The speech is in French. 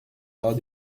lors